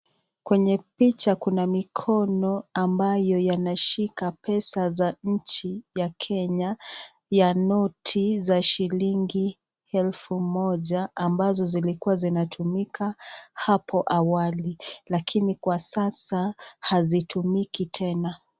Kwenye picha kuna mikono ambayo yanashika pesa za nchi ya Kenya, ya noti za shilingi elfu moja ambazo zilikuwa zinatumika hapo awali, lakini kwa sasa hazitumiki tena.